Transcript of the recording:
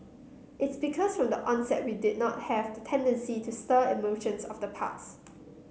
it's because from the onset we did not have the tendency to stir emotions of the past